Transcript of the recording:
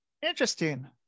Interesting